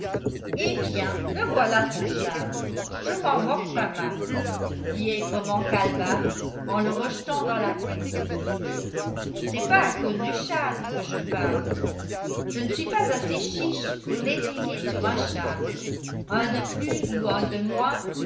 eh bien le voilà ton châle je m'en moque pas mal dit aigrement calebasse en le rejetant dans la caisse c'est pas à cause du châle que je parle je ne suis pas assez chiche pour lésiner sur un châle un de plus ou un de moins